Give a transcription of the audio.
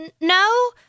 No